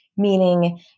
Meaning